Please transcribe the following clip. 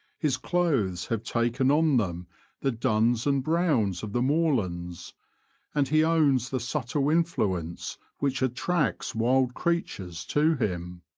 his clothes have taken on them the duns and browns of the moorlands and he owns the subtle in fluence which attracts wild creatures to him.